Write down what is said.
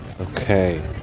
Okay